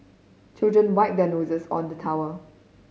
children wipe their noses on the towel